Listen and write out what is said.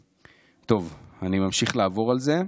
טוב, אני ממשיך לעבור על זה.